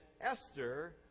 Esther